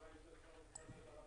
בבקשה.